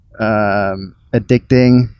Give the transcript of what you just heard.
addicting